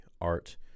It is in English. art